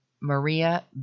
Maria